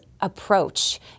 approach